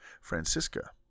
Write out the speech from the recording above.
Francisca